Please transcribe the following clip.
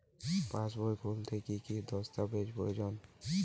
পাসবই খুলতে কি কি দস্তাবেজ প্রয়োজন?